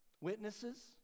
Witnesses